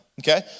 okay